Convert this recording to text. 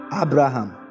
Abraham